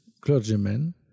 clergymen